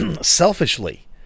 selfishly